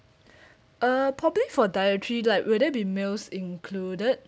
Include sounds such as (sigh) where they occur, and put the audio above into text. (breath) uh probably for dietary like will there be meals included